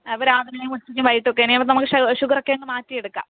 അപ്പോൾ രാവിലേയും ഉച്ചയ്ക്കും വൈകിട്ടൊക്കെയും നമുക്ക് ഷുഗർ ഒക്കെ അങ്ങ് മാറ്റി എടുക്കാം